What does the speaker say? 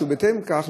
ובהתאם לכך,